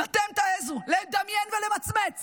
אם אתם תעזו לדמיין ולמצמץ